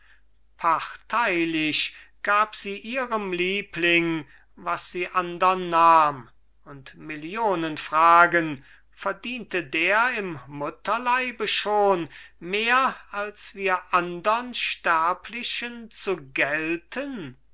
parteilich gab sie ihrem liebling was sie andern nahm und millionen fragen verdiente der im mutterleibe schon mehr als wir andern sterblichen zu gelten